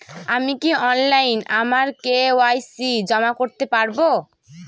আমি কি অনলাইন আমার কে.ওয়াই.সি জমা করতে পারব?